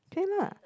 trade lah